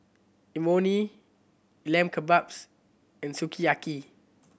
Imoni Lamb Kebabs and Sukiyaki